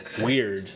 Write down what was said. weird